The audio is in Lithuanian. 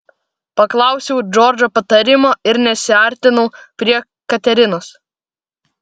paklausiau džordžo patarimo ir nesiartinau prie katerinos